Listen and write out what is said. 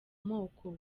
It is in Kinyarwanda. moko